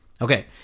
Okay